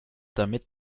damit